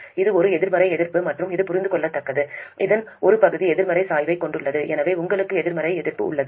இது ஒரு எதிர்மறை எதிர்ப்பு மற்றும் இது புரிந்துகொள்ளத்தக்கது இதன் ஒரு பகுதி எதிர்மறை சாய்வைக் கொண்டுள்ளது எனவே உங்களுக்கு எதிர்மறை எதிர்ப்பு உள்ளது